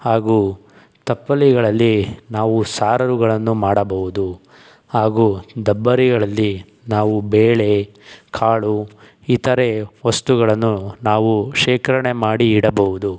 ಹಾಗೂ ತಪ್ಪಲೆಗಳಲ್ಲಿ ನಾವು ಸಾರುಗಳನ್ನು ಮಾಡಬಹುದು ಹಾಗೂ ಡಬರಿಗಳಲ್ಲಿ ನಾವು ಬೇಳೆ ಕಾಳು ಇತರೆ ವಸ್ತುಗಳನ್ನು ನಾವು ಶೇಖರಣೆ ಮಾಡಿ ಇಡಬಹುದು